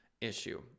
issue